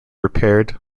repaired